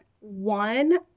one